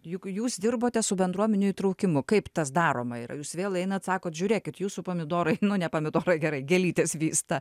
juk jūs dirbote su bendruomenių įtraukimu kaip tas daroma yra jūs vėl einat sako žiūrėkit jūsų pomidorai nu ne pomidorai gerai gėlytės vysta